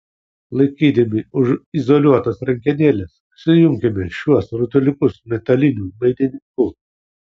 laikydami už izoliuotos rankenėlės sujunkime šiuos rutuliukus metaliniu laidininku